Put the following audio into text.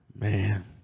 Man